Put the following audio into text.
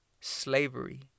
slavery